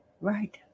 Right